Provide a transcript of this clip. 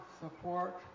support